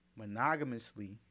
monogamously